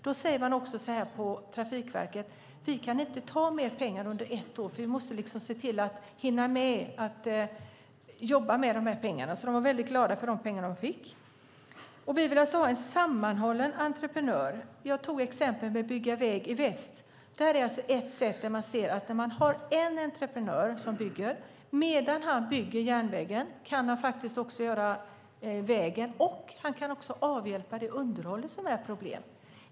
Då säger man på Trafikverket: Vi kan inte ta mer pengar under ett år, för vi måste se till att hinna jobba med de här pengarna. De var väldigt glada för de pengar de fick. Vi vill alltså ha en sammanhållen entreprenör. Jag tog exemplet med Bana väg i väst. Där ser man att en entreprenör kan medan han bygger järnvägen också göra vägen och avhjälpa problemen med underhåll.